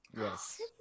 Yes